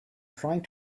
trying